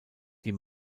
die